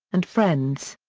and friends.